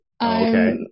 Okay